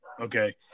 Okay